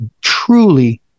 truly